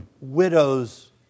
widows